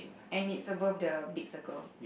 and it's above the big circle